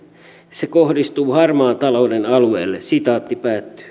se kohdistuu harmaan talouden alueelle